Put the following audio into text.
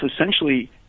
essentially